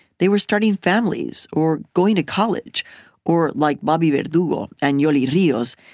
they were starting families or going to college or, like bobby verdugo and yoli rios,